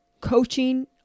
coaching